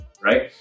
right